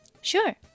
Sure